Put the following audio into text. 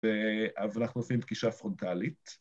‫ואז אנחנו עושים פגישה פרונטלית.